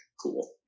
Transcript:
cool